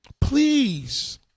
Please